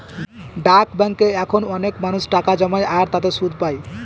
ডাক ব্যাঙ্কে এখন অনেক মানুষ টাকা জমায় আর তাতে সুদ পাই